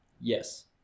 yes